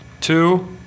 two